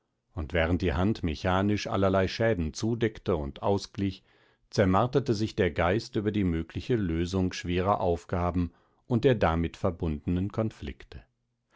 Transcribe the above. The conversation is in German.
und während die hand mechanisch allerlei schäden zudeckte und ausglich zermarterte sich der geist über die mögliche lösung schwerer aufgaben und der damit verbundenen konflikte